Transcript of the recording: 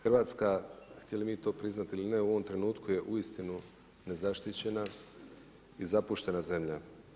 Hrvatska htjeli to mi priznati ili ne, u ovom trenutku je uistinu, nezaštićena i zapuštena zemlja.